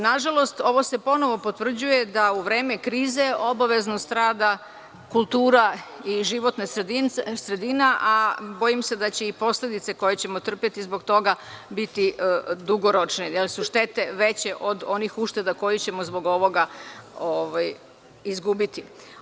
Nažalost, ovo se ponovo potvrđuje da u vreme krize obavezno strada kultura i životna sredina, a bojim se da će i posledice koje ćemo trpeti zbog toga biti dugoročne, jer su štete veće od onih ušteda koje ćemo zbog ovoga izgubiti.